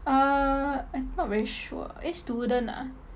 uh I not very sure eh student ah